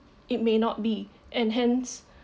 it may not be and hence